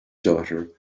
daughter